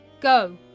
Go